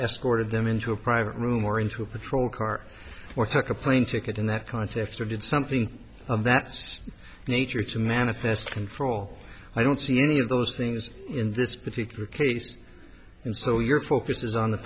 escorted them into a private room or into a patrol car or took a plane ticket in that context or did something that's nature to manifest control i don't see any of those things in this particular case and so your focus is on the